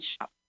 shop